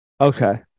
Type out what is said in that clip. Okay